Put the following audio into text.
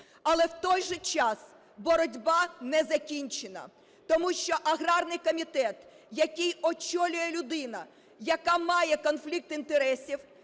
Але в той же час боротьба не закінчена, тому що аграрний комітет, який очолює людина, яка має конфлікт інтересів,